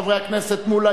חברי הכנסת מולה,